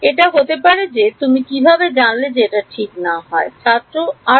এটা হতে পারে যে তুমি কিভাবে জানলে এটা ঠিক না নয়